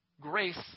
Grace